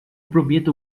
prometo